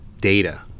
data